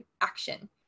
action